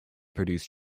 produce